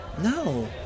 No